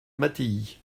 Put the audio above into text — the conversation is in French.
mattei